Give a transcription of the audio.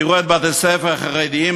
תראו את בתי-הספר החרדיים,